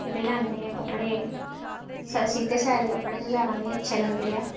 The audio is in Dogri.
जेह्ड़े लैंदे ऐ कपड़े सीते सेआए दे कपड़े बजारा मी अच्छे लगदे ऐ